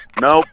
Nope